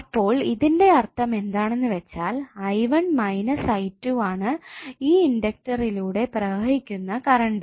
അപ്പോൾ ഇതിന്റെ അർഥം എന്താണെന്ന് വെച്ചാൽ i1 മൈനസ് i2 ആണ് ഈ ഇൻഡക്ടർലൂടെ പ്രവഹിക്കുന്ന കറണ്ട്